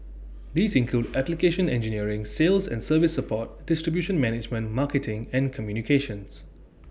these include application engineering sales and service support distribution management marketing and communications